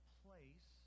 place